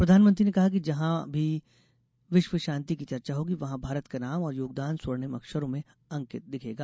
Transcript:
प्रधानमंत्री ने कहा कि जहां भी विश्व शांति की चर्चा होगी वहां भारत का नाम और योगदान स्वर्णिम अक्षरों में अंकित दिखेगा